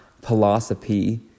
philosophy